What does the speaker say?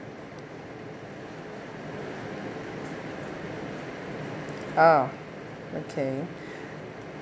oh okay